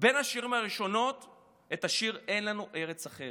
בין השירים הראשונים את השיר "אין לי ארץ אחרת",